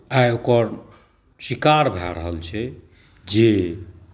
आइ ओकर शिकार भए रहल चाही जे